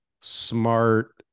smart